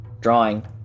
Drawing